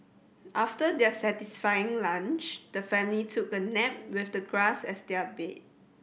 after their satisfying lunch the family took a nap with the grass as their bed